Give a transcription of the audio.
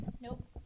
Nope